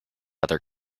other